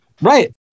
right